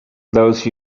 those